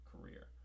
career